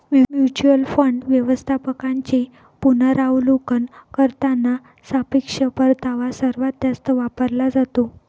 mutual fund व्यवस्थापकांचे पुनरावलोकन करताना सापेक्ष परतावा सर्वात जास्त वापरला जातो